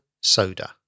Soda